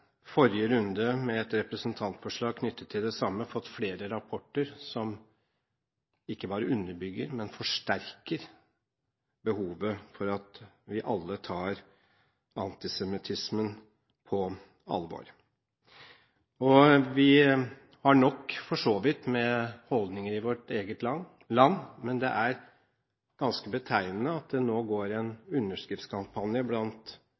forrige runde med et representantforslag knyttet til det samme fått flere rapporter som ikke bare underbygger, men forsterker behovet for at vi alle tar antisemittismen på alvor. Vi har nok – for så vidt – med holdninger i vårt eget land, men det er ganske betegnende at det nå går en underskriftskampanje blant